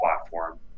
platform